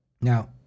Now